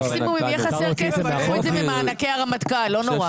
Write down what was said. מקסימום אם יהיה חסר כסף תיקחו את זה ממענקי הרמטכ"ל לא נורא.